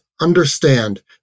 understand